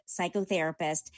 psychotherapist